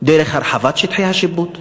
דרך הרחבת שטחי השיפוט.